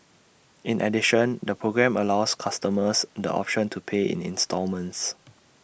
in addition the programme allows customers the option to pay in instalments